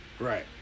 Right